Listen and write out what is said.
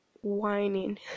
Whining